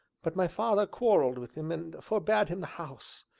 but my father quarrelled with him and forbade him the house,